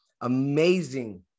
amazing